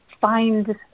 find